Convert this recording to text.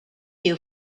you